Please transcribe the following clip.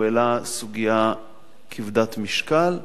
הוא העלה סוגיה כבדת משקל,